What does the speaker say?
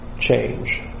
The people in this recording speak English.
Change